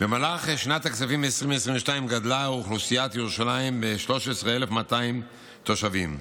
במהלך שנת הכספים 2022 גדלה אוכלוסיית ירושלים ב-13,200 תושבים.